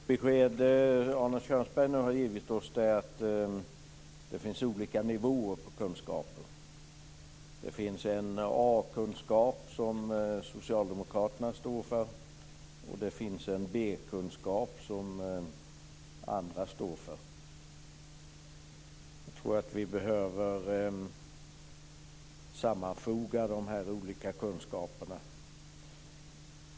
Fru talman! Det besked som Arne Kjörnsberg nu har givit oss är att det finns olika nivåer på kunskap. Det finns en A-kunskap som socialdemokraterna står för, och det finns en B-kunskap som andra står för. Jag tror att vi behöver sammanfoga dessa olika kunskaper.